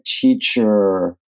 teacher